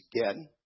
again